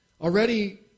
Already